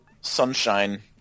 sunshine